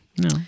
No